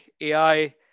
ai